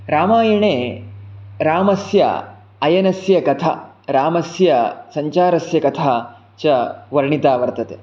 रामायणे रामस्य अयनस्य कथा रामस्य सञ्चारस्य कथा च वर्णिता वर्तते